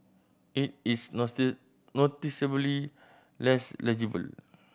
it is noticeably less legible